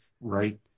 Right